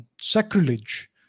sacrilege